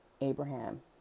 Abraham